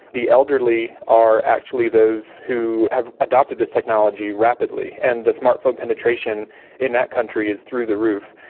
the elderly are actually those who have adopted this technology rapidly, and the smart phone penetration in that country is through the roof.